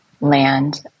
land